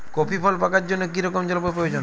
Coffee ফল পাকার জন্য কী রকম জলবায়ু প্রয়োজন?